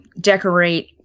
decorate